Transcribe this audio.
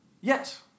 Yes